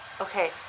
Okay